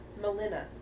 Melina